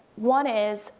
one is,